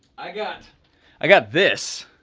i got i got this,